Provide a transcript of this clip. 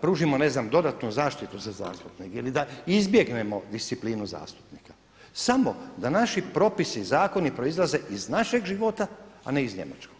pružimo ne znam dodatnu zaštitu za zastupnike ili da izbjegnemo disciplinu zastupnika, samo da naši propisi, zakoni proizlaze iz našeg života, a ne iz njemačkog.